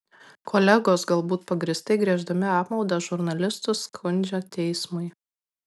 kolegos galbūt pagrįstai gieždami apmaudą žurnalistus skundžia teismui